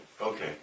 Okay